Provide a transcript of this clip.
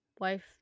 wife